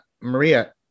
Maria